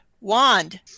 wand